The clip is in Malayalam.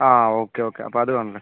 ആ ഓക്കെ ഓക്കെ അപ്പം അത് വേണമല്ലേ